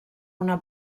una